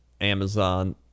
Amazon